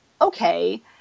okay